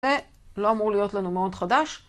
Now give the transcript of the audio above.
זה לא אמור להיות לנו מאוד חדש.